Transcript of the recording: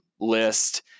list